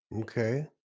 Okay